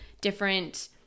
different